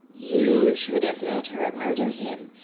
you should have let her murder him,